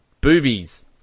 boobies